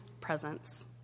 presence